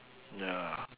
ya